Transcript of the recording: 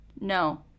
No